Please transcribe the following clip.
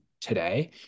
today